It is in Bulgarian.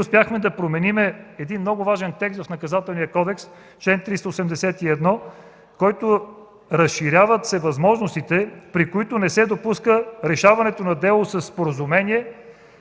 успяхме да променим един много важен текст в Наказателния кодекс – чл. 381, в който се разширяват възможностите, при които не се допуска решаване на дело със споразумение